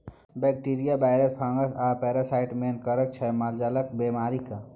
bacteria, virus, fungus आ parasite main कारक छै मालजालक बेमारीक